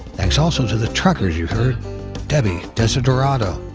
thanks also to the truckers you heard debbie desiderato,